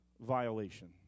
violation